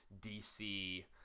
DC